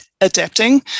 adapting